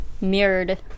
mirrored